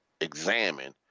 examine